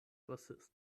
bassist